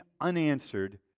unanswered